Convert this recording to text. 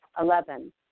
Eleven